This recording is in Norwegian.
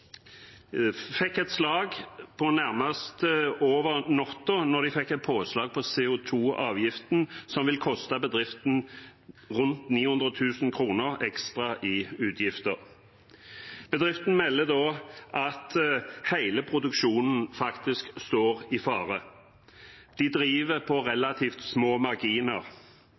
fikk nærmest over natten et påslag på CO 2 -avgiften som koster bedriften rundt 900 000 kr ekstra i utgifter. Bedriften melder at hele produksjonen faktisk står i fare. De driver på relativt små marginer.